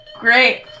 Great